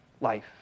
life